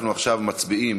אנחנו עכשיו מצביעים,